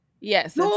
Yes